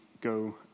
go